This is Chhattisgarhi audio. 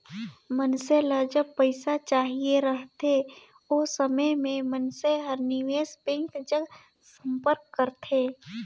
मइनसे ल जब पइसा चाहिए रहथे ओ समे में मइनसे हर निवेस बेंक जग संपर्क करथे